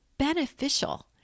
beneficial